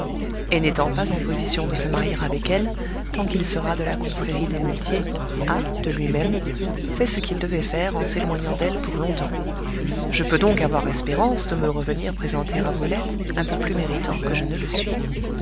et n'étant pas en position de se marier avec elle tant qu'il sera de la confrérie des muletiers a de lui-même fait ce qu'il devait faire en s'éloignant d'elle pour longtemps je peux donc avoir espérance de me revenir présenter à brulette un peu plus méritant que je ne le suis